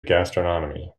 gastronomy